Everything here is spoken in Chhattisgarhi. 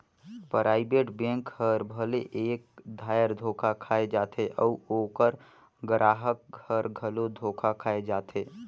पराइबेट बेंक हर भले एक धाएर धोखा खाए जाथे अउ ओकर गराहक हर घलो धोखा खाए जाथे